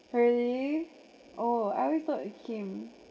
really oh I always thought it came